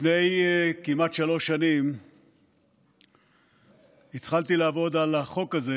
לפני כמעט שלוש שנים התחלתי לעבוד על החוק הזה,